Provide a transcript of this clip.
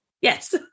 Yes